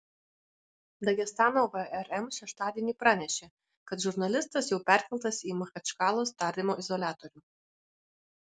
dagestano vrm šeštadienį pranešė kad žurnalistas jau perkeltas į machačkalos tardymo izoliatorių